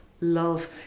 love